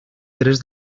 tres